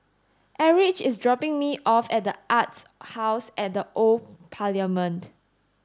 Erich is dropping me off at The Arts House at the Old Parliament